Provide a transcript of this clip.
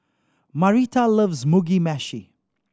Marita loves Mugi Meshi